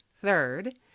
third